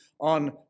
on